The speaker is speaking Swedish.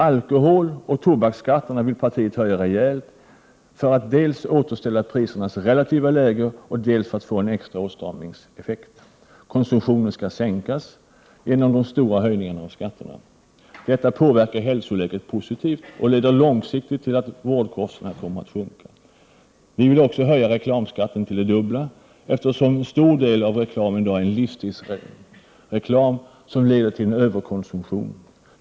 Alkoholoch tobaksskatterna vill partiet höja rejält dels för att återställa prisernas relativa läge, dels för att få en extra åtstramningseffekt. Konsumtionen skall sänkas genom den stora höjningen av skatterna. Detta påverkar hälsoläget positivt och leder långsiktigt till att vårdkostnaderna kommer att sjunka. Vi vill höja reklamskatten till det dubbla, eftersom en stor del av reklamen leder till överkonsumtion.